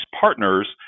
partners